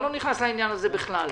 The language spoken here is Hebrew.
אני לא נכנס לעניין הזה בכלל.